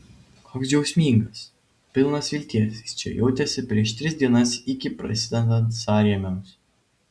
koks džiaugsmingas pilnas vilties jis čia jautėsi prieš tris dienas iki prasidedant sąrėmiams